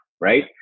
right